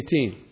18